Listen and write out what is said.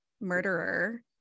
murderer